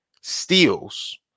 steals